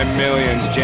millions